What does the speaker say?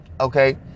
okay